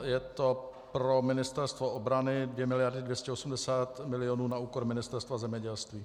Je to pro Ministerstvo obrany, 2 miliardy 280 milionů na úkor Ministerstva zemědělství.